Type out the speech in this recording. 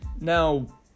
Now